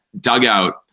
dugout